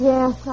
Yes